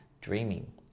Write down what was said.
dreaming